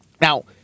Now